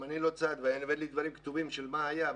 אם אני לא צד ואין לי דברים כתובים של מה היה,